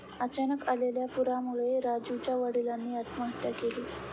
अचानक आलेल्या पुरामुळे राजीवच्या वडिलांनी आत्महत्या केली